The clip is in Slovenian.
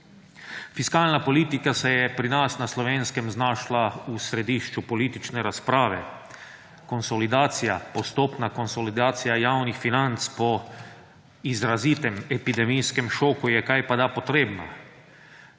Fiskalna politika se je pri nas na Slovenskem znašla v središču politične razprave. Konsolidacija, postopna konsolidacija javnih financ po izrazitem epidemijskem šoku je kajpada potrebna.